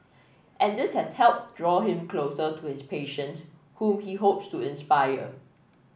and this has helped draw him closer to his patients whom he hopes to inspire